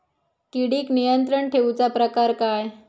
किडिक नियंत्रण ठेवुचा प्रकार काय?